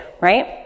right